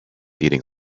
eating